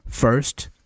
First